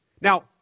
Now